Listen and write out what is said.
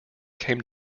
came